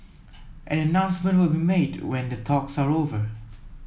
an announcement will be made when the talks are over